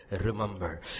remember